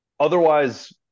Otherwise